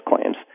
claims